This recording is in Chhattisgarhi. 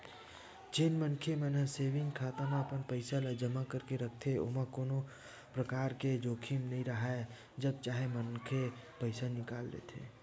जेन मनखे मन ह सेंविग खाता म अपन पइसा ल जमा करके रखथे ओमा कोनो परकार के जोखिम नइ राहय जब चाहे मनखे पइसा निकाल लेथे